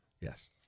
Yes